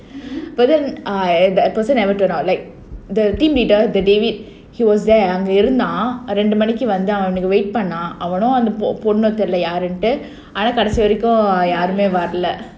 he was there அவன் அங்க இருந்தான் ரெண்டு மணிக்கு வந்தான் அங்க:avan anga irunthaan rendu manikku vanthaan anga wait பண்ணான் அவனோ அந்த பொண்ணோ தெரில யாருனு ஆனா கடைசி வரைக்கும் யாரும் வரல:pannaan avano andha ponno therila yarunu aana kadaisi varaikum yaarum varala